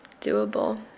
doable